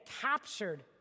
captured